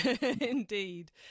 indeed